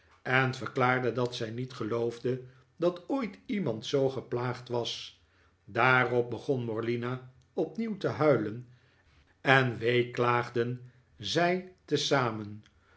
en verklaarde dat zij niet geloofde dat ooit iemand zoo geplaagd was daarop begon morlina opnieuw te huilen en weeklaagden zij tezamen